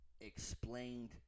explained